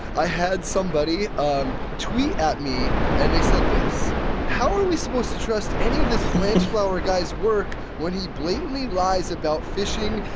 i had somebody um tweet at me, and they said this how are we supposed to trust any of this blanchflower guy's work when he blatantly lies about fishing?